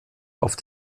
auf